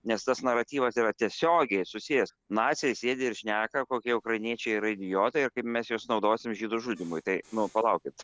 nes tas naratyvas yra tiesiogiai susijęs naciai sėdi ir šneka kokie ukrainiečiai yra idiotai ir kaip mes juos naudosim žydų žudymui tai nu palaukit